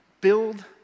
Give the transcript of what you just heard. build